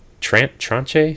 tranche